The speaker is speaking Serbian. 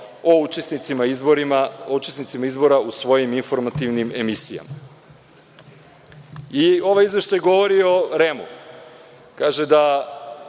o učesnicima izbora u svojim informativnim emisijama. Ovaj izveštaj govori o REM, kaže da